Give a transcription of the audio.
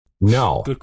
No